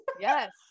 yes